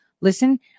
Listen